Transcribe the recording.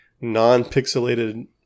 non-pixelated